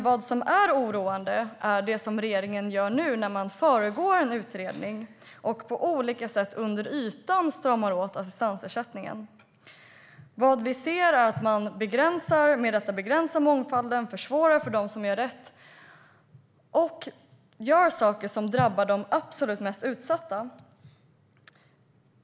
Vad som är oroande är att regeringen nu föregår utredningen och på olika sätt under ytan stramar åt assistansersättningen. Vad vi ser är att man med detta begränsar mångfalden, försvårar för dem som gör rätt och gör saker som drabbar de absolut mest utsatta.